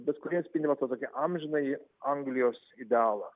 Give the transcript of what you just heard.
bet kurie atspindi va tą tokį amžinąjį anglijos idealą